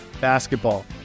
basketball